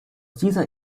dieser